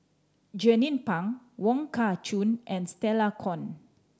Jernnine Pang Wong Kah Chun and Stella Kon